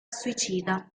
suicida